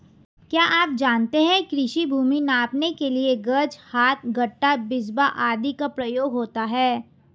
क्या आप जानते है कृषि भूमि नापने के लिए गज, हाथ, गट्ठा, बिस्बा आदि का प्रयोग होता है?